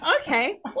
okay